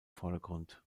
vordergrund